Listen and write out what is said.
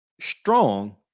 strong